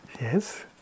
Yes